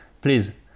please